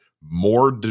more